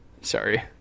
Sorry